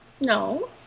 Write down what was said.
No